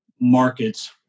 markets